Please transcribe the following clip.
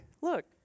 Look